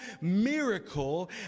miracle